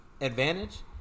advantage